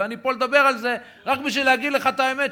ואני פה מדבר על זה רק בשביל להגיד לך את האמת,